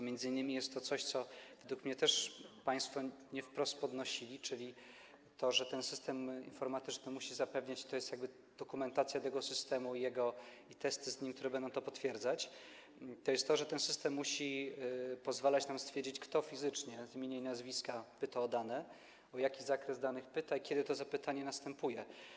Między innymi jest to coś, co według mnie też państwo nie wprost podnosili, czyli to, że ten system informatyczny musi to zapewniać, i to jest jakby dokumentacja tego systemu i testy z nim, które będą to potwierdzać, że ten system musi pozwalać nam stwierdzić, kto fizycznie, z imienia i nazwiska, pyta o dane, o jaki zakres danych pyta i kiedy to zapytanie następuje.